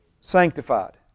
sanctified